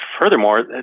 furthermore